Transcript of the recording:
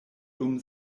dum